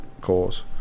cause